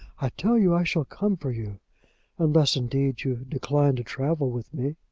i tell you i shall come for you unless, indeed, you decline to travel with me.